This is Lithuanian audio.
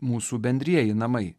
mūsų bendrieji namai